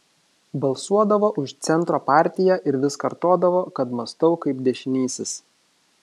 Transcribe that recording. balsuodavo už centro partiją ir vis kartodavo kad mąstau kaip dešinysis